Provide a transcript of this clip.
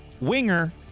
Winger